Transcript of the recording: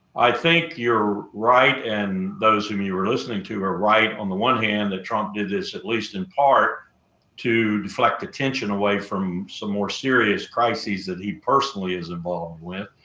i think you're right and those whom you were listening to are right, on the one hand, that trump this at least in part to deflect attention away from some more serious crises that he personally is involved with,